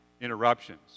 interruptions